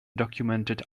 documented